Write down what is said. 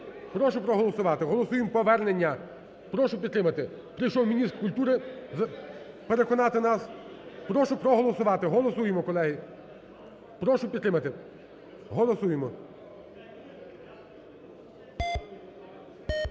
Прошу проголосувати. Голосуємо повернення. Прошу підтримати. Прийшов міністр культури переконати нас. Прошу проголосувати. Голосуємо, колеги. Прошу підтримати. Голосуємо.